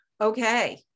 okay